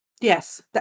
Yes